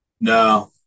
No